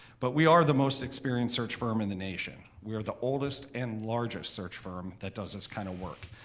but we are the most experienced search firm in the nation. we are the oldest and largest search firm that does this kind of work,